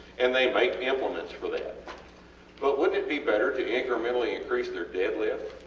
and they make implements for that but wouldnt it be better to incrementally increase their deadlift?